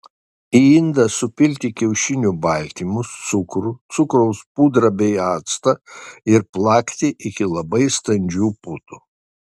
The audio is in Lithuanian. į indą supilti kiaušinių baltymus cukrų cukraus pudrą bei actą ir plakti iki labai standžių putų